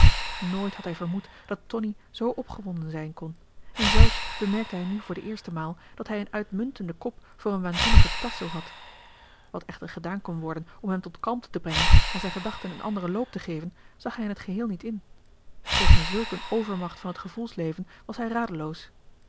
nooit had hij vermoed dat tonie zoo opgewonden zijn kon en zelfs bemerkte hij nu voor de eerste maal dat hij een uitmuntenden kop marcellus emants een drietal novellen voor een waanzinnigen tasso had wat echter gedaan kon worden om hem tot kalmte te brengen en zijn gedachten een anderen loop te geven zag hij in t geheel niet in tegen zulk een overmacht van het gevoelsleven was hij radeloos